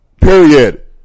Period